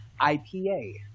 IPA